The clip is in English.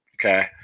Okay